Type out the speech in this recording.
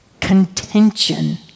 contention